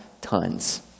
tons